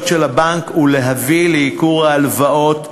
של הבנק ולהביא לייקור ההלוואות לדיור.